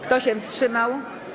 Kto się wstrzymał?